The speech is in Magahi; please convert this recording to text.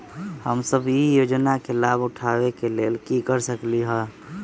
हम सब ई योजना के लाभ उठावे के लेल की कर सकलि ह?